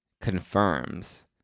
confirms